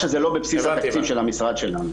שזה לא בבסיס התקציב של המשרד שלנו.